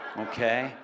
okay